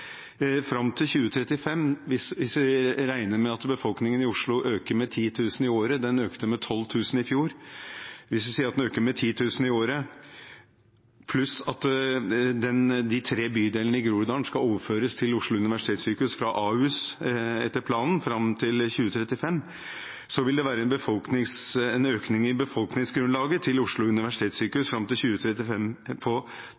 med 10 000 i året – den økte med 12 000 i fjor – pluss at de tre bydelene i Groruddalen skal overføres til Oslo universitetssykehus fra Ahus, etter planen fram til 2035, vil det være en økning i befolkningsgrunnlaget til Oslo universitetssykehus fram til 2035 på